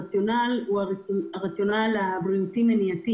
הרציונל הוא הרציונל הבריאותי-מניעתי